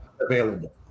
available